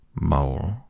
Mole